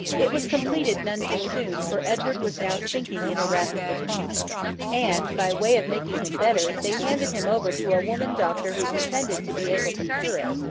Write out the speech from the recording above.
it was completed none too soon for edward was now sinking in a rapid decline and, by way of making him better, they handed him over to a woman-doctor who pretended to be able to cure it.